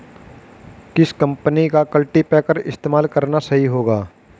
किस कंपनी का कल्टीपैकर इस्तेमाल करना सही होगा?